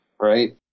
right